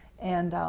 and